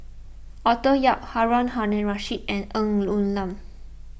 Arthur Yap Harun Aminurrashid and Ng Woon Lam